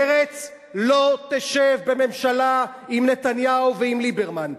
מרצ לא תשב בממשלה עם נתניהו ועם ליברמן.